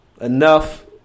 enough